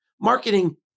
Marketing